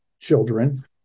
children